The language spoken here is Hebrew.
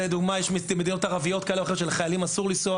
לדוגמה: יש מדינות ערביות שלחיילים אסור לנסוע